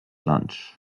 lunch